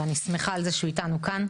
ואני שמחה על זה שהוא איתנו כאן.